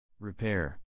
Repair